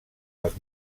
dels